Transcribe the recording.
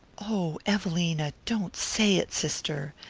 oh, evelina don't say it, sister!